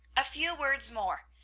a few words more.